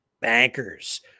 bankers